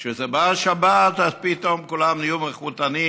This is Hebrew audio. כשזה בא על שבת, אז פתאום כולם נהיו מחותנים,